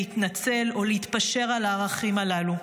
להתנצל או להתפשר על הערכים הללו.